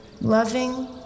loving